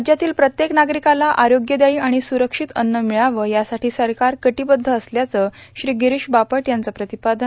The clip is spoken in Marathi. राज्यातील प्रत्येक नागरिकाला आरोग्यदायी आणि सुरक्षित अन्न मिळावं यासाठी सरकार कटिबद्ध असल्याचं श्री गिरीश बापट यांचं प्रतिपादन